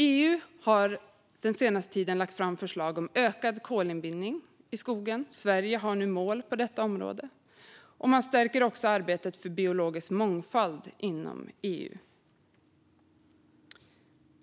EU har den senaste tiden lagt fram förslag om ökad kolbindning i skogen. Sverige har mål på detta område. Man stärker också arbetet för biologisk mångfald inom EU.